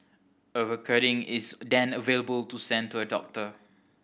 a recording is then available to send to a doctor